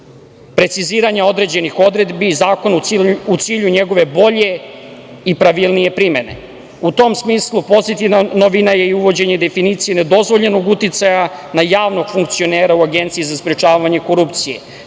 preciziranja određenih odredbi zakona u cilju njegove bolje i pravilnije primene.U tom smislu, pozitivna novina je i uvođenje definicije nedozvoljenog uticaja na javnog funkcionera u Agenciji za sprečavanje korupcije,